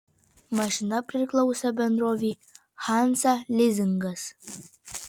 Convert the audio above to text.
mašina priklausė bendrovei hansa lizingas